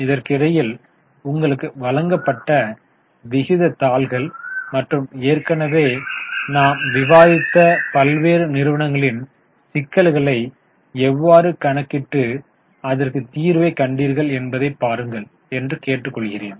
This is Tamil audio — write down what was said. இதற்கிடையில் உங்களுக்கு வழங்கப்பட்ட விகிதத் தாள்கள் மற்றும் ஏற்கனவே நாம் விவாதித்த பல்வேறு நிறுவனங்களின் சிக்கல்களை எவ்வாறு கணக்கிட்டு அதற்கு தீர்வை கண்டீர்கள் என்பதை பாருங்கள் என்று கேட்டுக்கொள்கிறேன்